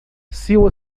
seu